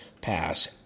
pass